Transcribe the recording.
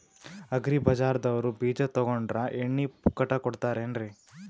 Agri ಬಜಾರದವ್ರು ಬೀಜ ತೊಗೊಂಡ್ರ ಎಣ್ಣಿ ಪುಕ್ಕಟ ಕೋಡತಾರೆನ್ರಿ?